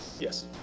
yes